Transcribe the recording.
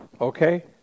Okay